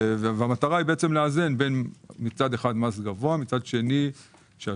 והמטרה היא לאזן בין מצד אחד מס גבוה ומצד שני שהשוק